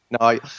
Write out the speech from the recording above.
No